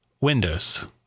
Windows